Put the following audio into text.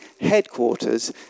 headquarters